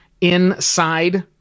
inside